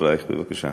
בבקשה.